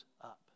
up